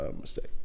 mistake